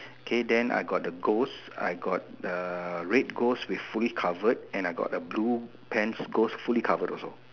K then I got the ghost I got the red ghost with fully covered and I got the blue pants ghost fully covered also